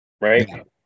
right